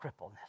crippleness